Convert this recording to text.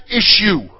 issue